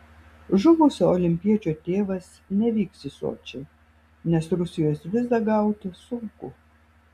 žuvusio olimpiečio tėvas nevyks į sočį nes rusijos vizą gauti sunku